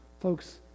Folks